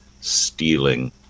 stealing